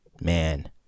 man